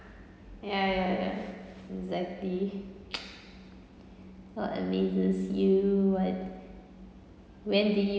ya ya ya exactly what amazes you what when do you